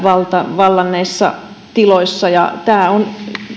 vallanneissa tiloissa tämä on